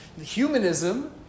humanism